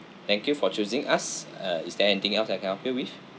thank you for choosing us uh is there anything else I can help you with